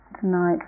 tonight